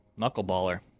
knuckleballer